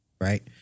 right